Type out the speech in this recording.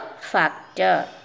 factor